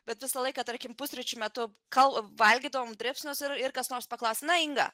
bet visą laiką tarkim pusryčių metu kol valgydavom dribsnius ir ir kas nors paklausia na inga